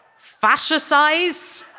fashercise